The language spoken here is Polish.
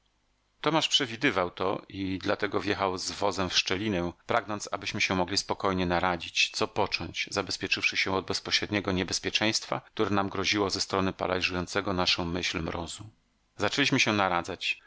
tomasz przewidywał to i dlatego wjechał z wozem w szczelinę pragnąc abyśmy się mogli spokojnie naradzić co począć zabezpieczywszy się od bezpośredniego niebezpieczeństwa które nam groziło ze strony paraliżującego naszą myśl mrozu zaczęliśmy się naradzać